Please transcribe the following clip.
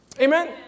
Amen